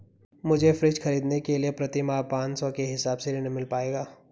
मुझे फ्रीज खरीदने के लिए प्रति माह पाँच सौ के हिसाब से ऋण मिल पाएगा?